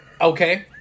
Okay